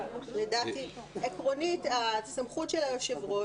עקרונית, סמכות יושב-הראש